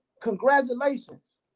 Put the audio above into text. congratulations